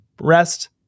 rest